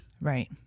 Right